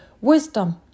Wisdom